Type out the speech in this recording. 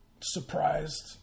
surprised